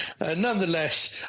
nonetheless